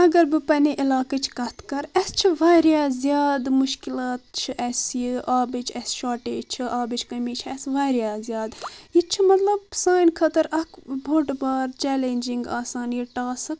اگر بہٕ پننہِ علاقٕچ کتھ کرٕ اسہِ چھِ واریاہ زیادٕ مُشکلات چھِ اسہِ یہِ آبٕچ اسہِ شوٹیج چھِ آبٕچ کٔمی چھِ اسہِ واریاہ زیادٕ یہِ چھُ مطلب سٲنۍ خٲطرٕ اکھ بوڑ بار چیلینجنٛگ آسان یہِ ٹاسک